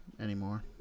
anymore